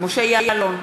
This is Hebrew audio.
משה יעלון,